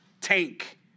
tank